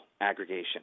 aggregation